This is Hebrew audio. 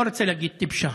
לא רוצה להגיד טיפשה.